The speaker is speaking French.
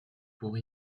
pour